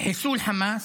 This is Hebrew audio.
חיסול חמאס,